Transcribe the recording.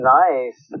nice